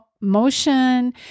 motion